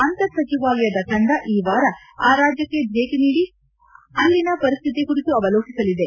ಅಂತರ್ ಸಚಿವಾಲಯದ ತಂಡ ಈ ವಾರ ಆ ರಾಜ್ಯಕ್ಕೆ ಭೇಟಿ ನೀಡಿ ಅಲ್ಲಿನ ಪರಿಸ್ತಿತಿ ಕುರಿತು ಅವಲೋಕಿಸಲಿದೆ